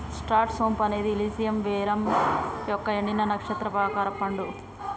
star సోంపు అనేది Illicium verum యొక్క ఎండిన, నక్షత్రం ఆకారపు పండు